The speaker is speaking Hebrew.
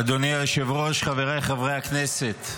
אדוני היושב-ראש, חבריי חברי הכנסת,